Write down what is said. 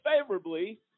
favorably